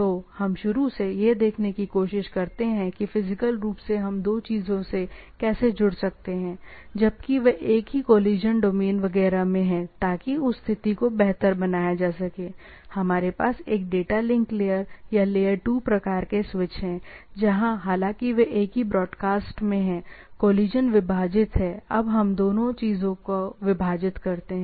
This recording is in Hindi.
तो हम शुरू में यह देखने की कोशिश करते हैं कि फिजिकल रूप से हम दो चीजों से कैसे जुड़ सकते हैं जबकि वे एक ही कोलिशन डोमेन वगैरह में हैं ताकि उस स्थिति को बेहतर बनाया जा सके हमारे पास एक डेटा लिंक लेयर या लेयर 2 प्रकार के स्विच हैं जहाँ हालांकि वे एक ही ब्रॉडकास्ट में हैं कोलिशन विभाजित हैं अब हम दोनों चीजों को विभाजित करते हैं